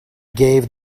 gave